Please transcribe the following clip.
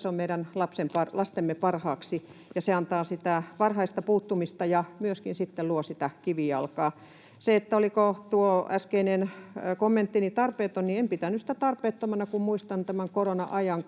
se on meidän lastemme parhaaksi ja se antaa sitä varhaista puuttumista ja myöskin sitten luo sitä kivijalkaa. Se, oliko tuo äskeinen kommenttini tarpeeton — en pitänyt sitä tarpeettomana, kun muistan tämän korona-ajan: